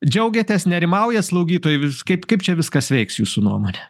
džiaugiatės nerimauja slaugytojai vis kaip kaip čia viskas veiks jūsų nuomone